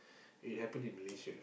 it happened in Malaysia